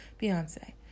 beyonce